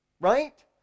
Right